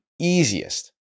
easiest